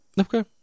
Okay